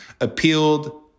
appealed